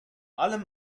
allem